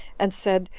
and said,